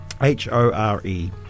H-O-R-E